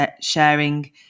sharing